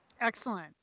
Excellent